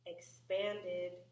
expanded